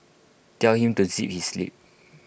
tell him to zip his lip